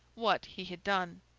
what he had done.